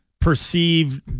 perceived